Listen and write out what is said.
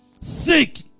Seek